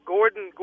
Gordon